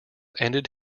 ended